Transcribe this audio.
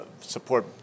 support